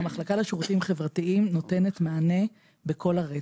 המחלקה לשירותים חברתיים נותנת מענה בכל הרצף.